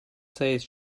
says